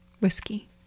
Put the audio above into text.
whiskey